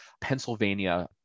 Pennsylvania